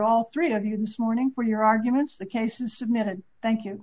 all three of you this morning for your arguments the cases submitted thank you